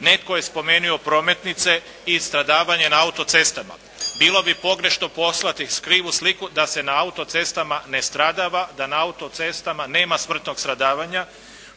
Netko je spomenuo prometnice i stradavanje na autocestama. Bilo bi pogrešno poslati krivu sliku da se na autocestama ne stradava, da na autocestama nema smrtnog stradavanja.